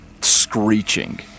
screeching